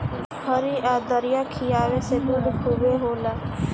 खरी आ दरिया खिआवे से दूध खूबे होला